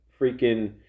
freaking